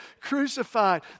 crucified